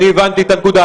הבנתי את הנקודה.